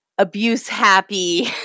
Abuse-happy